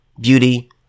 beauty